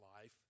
life